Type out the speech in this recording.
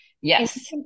Yes